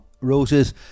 Roses